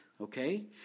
okay